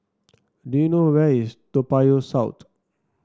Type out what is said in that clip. do you know where is Toa Payoh South